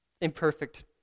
Imperfect